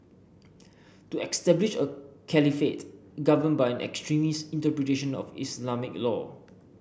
to establish a caliphate governed by an extremist interpretation of Islamic law